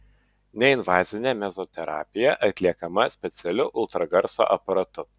neinvazinė mezoterapija atliekama specialiu ultragarso aparatu